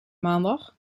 maandag